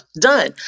done